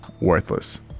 worthless